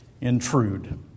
intrude